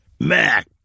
Mac